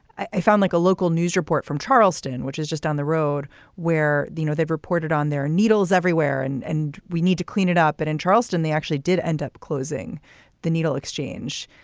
i found like a local news report from charleston, which is just down the road where know they've reported on their needles everywhere and and we need to clean it up. and in charleston, they actually did end up closing the needle exchange.